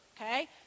Okay